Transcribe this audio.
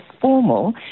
formal